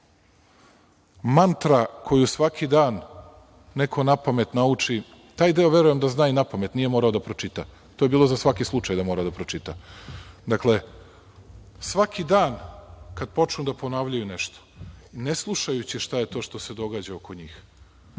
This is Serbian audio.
mantra koju svaki dan neko napamet nauči, taj deo verujem da zna i napamet, nije morao da pročita, to je bilo za svaki slučaj da mora da pročita. Dakle, svaki dan kad počnu da ponavljaju nešto, ne slušajući šta je to što se događa oko njih,